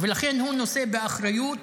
ולכן הוא נושא באחריות